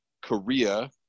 Korea